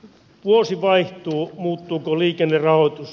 vuosi vaihtuu muuttuuko liikennerahoitus